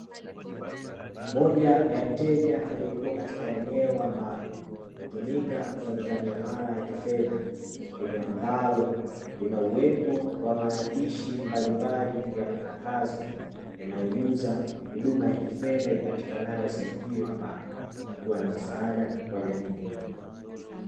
Moja ya mteja aliyekuwa katika eneo ambalo hutumika kufanyika miamala ya kifedha. Eneo ambalo lina uwepo wa maandishi mbalimbali ya matangazo, yanayojuza huduma ya kifedha ipatikanayo sehemu hiyo ambayo kuwa na msaada kwa jamii.